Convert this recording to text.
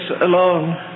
alone